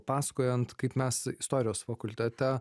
pasakojant kaip mes istorijos fakultete